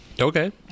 Okay